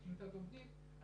קליטת עובדים,